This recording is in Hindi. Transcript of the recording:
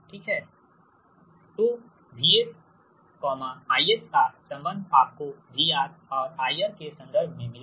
IS Y1ZY4 VR1ZY2IR this is 17 तो VS IS का संबंध आपको VR और IR के संदर्भ में मिला